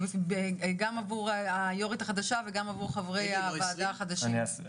גם עבור היו"רית החדשה וגם עבור חברי הוועדה החדשים.